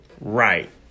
Right